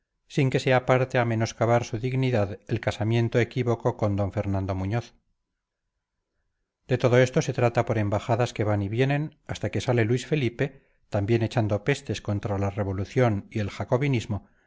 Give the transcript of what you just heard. sin que sea parte a menoscabar su dignidad el casamiento equívoco con d fernando muñoz de todo esto se trata por embajadas que van y vienen hasta que sale luis felipe también echando pestes contra la revolución y el jacobinismo